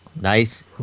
Nice